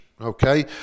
Okay